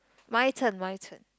my turn my turn